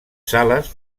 sales